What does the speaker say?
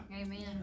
Amen